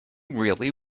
really